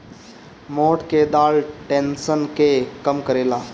मोठ के दाल टेंशन के कम करेला